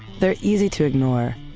they're easy to ignore,